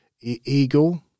Eagle